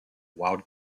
wild